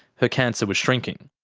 her cancer was shrinking.